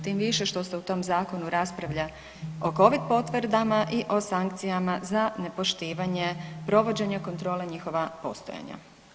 Tim više što se u tom zakonu raspravlja o Covid potvrdama i o sankcijama za nepoštivanje provođenja kontrole njihova postojanja.